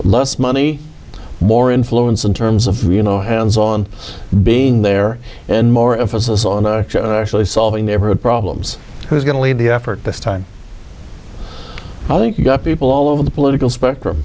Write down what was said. less money more influence in terms of you know hands on being there and more emphasis on actually solving neighborhood problems who's going to lead the effort this time i think you got people all over the political spectrum